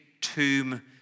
tomb